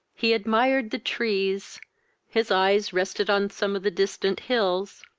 he admired the trees his eyes rested on some of the distant hills,